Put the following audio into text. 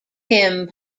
tim